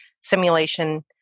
simulation